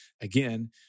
again